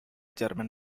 german